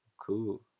Cool